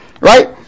right